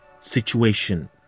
situation